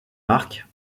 marques